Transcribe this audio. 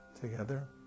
together